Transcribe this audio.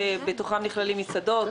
שבתוכם נכללים מסעדות,